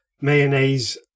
mayonnaise